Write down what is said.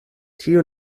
tio